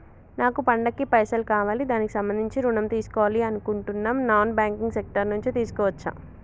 నాకు పండగ కి పైసలు కావాలి దానికి సంబంధించి ఋణం తీసుకోవాలని అనుకుంటున్నం నాన్ బ్యాంకింగ్ సెక్టార్ నుంచి తీసుకోవచ్చా?